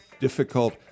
difficult